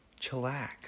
chillax